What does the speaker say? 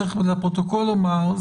צריך לפרוטוקול לומר.